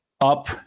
up